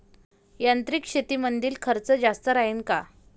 यांत्रिक शेतीमंदील खर्च जास्त राहीन का?